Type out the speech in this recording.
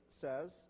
says